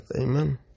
Amen